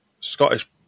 Scottish